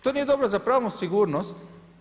To nije dobro za pravnu sigurnost.